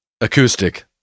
Acoustic